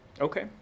Okay